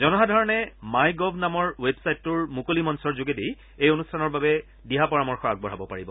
জনসাধাৰণে My Gov নামৰ ৱেবছাইটটোৰ মুকলি মঞ্চৰ যোগেদি এই অনুষ্ঠানৰ বাবে দিহা পৰামৰ্শ আগবঢ়াব পাৰিব